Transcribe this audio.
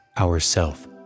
ourself